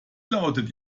lautet